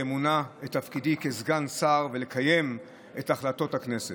באמונה את תפקידי כסגן שר ולקיים את החלטות הכנסת.